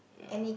yeah